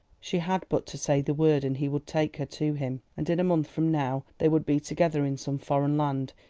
she had but to say the word, and he would take her to him, and in a month from now they would be together in some foreign land,